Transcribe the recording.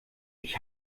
ich